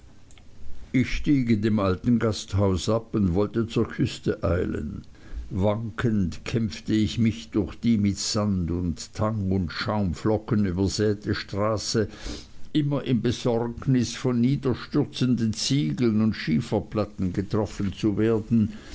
ich stieg in dem alten gasthaus ab und wollte zur küste eilen wankend kämpfte ich mich durch die mit sand und tang und schaumflocken übersäte straße immer in besorgnis von niederstürzenden ziegeln und schieferplatten getroffen zu werden